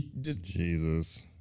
Jesus